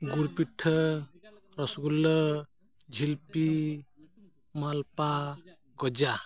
ᱜᱩᱲ ᱯᱤᱴᱷᱟᱹ ᱨᱚᱥ ᱜᱩᱞᱞᱟᱹ ᱡᱷᱤᱞᱯᱤ ᱢᱟᱞᱯᱳᱣᱟ ᱜᱚᱡᱟ